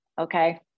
Okay